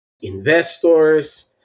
Investors